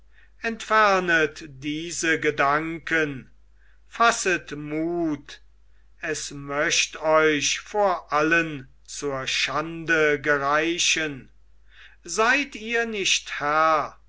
entfernet diese gedanken fasset mut es möcht euch vor allen zur schande gereichen seid ihr nicht herr